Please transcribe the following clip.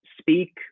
speak